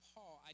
Paul